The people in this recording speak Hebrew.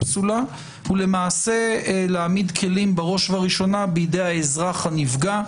פסולה ולהעמיד כלים בראש ובראשונה בידי האזרח הנפגע,